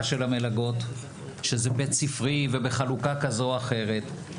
של המלגות שזה בית ספרי ובחלוקה כזו או אחרת.